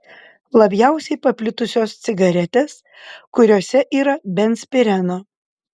labiausiai paplitusios cigaretės kuriose yra benzpireno